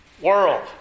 world